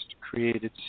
created